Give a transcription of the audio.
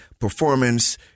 performance